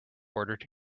ordered